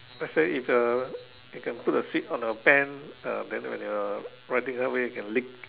let say if you're you can put the sweet on the pen uh then when they were writing down then you can lick